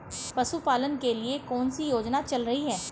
पशुपालन के लिए कौन सी योजना चल रही है?